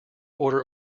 order